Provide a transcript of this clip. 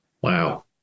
Wow